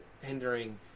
hindering